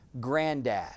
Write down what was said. granddad